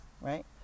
right